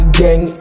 gang